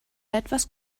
etwas